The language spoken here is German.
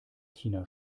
tina